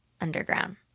underground